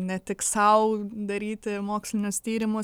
ne tik sau daryti mokslinius tyrimus